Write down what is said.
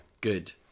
Good